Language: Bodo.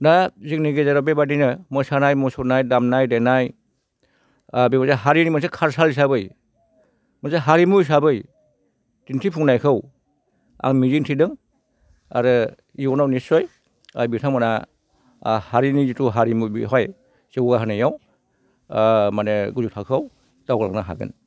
दा जोंनि गेजेराव बेबादिनो मोसानाय मुसुरनाय दामनाय देनाय बेबायदि हारिनि मोनसे कालचार हिसाबै मोनसे हारिमु हिसाबै दिन्थिफुंनायखौ आं मिजिंथिदों आरो इयुनाव निस्सय बिथांमोनहा हारिमु जिथु हारिमु बेवहाय जौगाहोनायाव माने गोजौ थाखोआव दावगालांनो हागोन